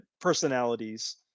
personalities